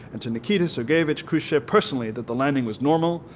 and to nikita sergeyevich khrushchev personally that the landing was normal,